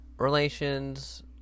relations